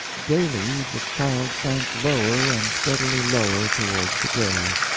daily the child sank lower and steadily lower towards the grave,